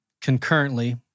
concurrently